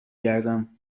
گردم